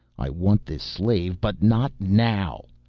i wanted this slave, but not now!